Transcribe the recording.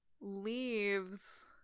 leaves